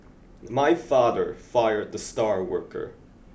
my father fired the star worker